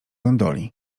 gondoli